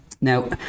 Now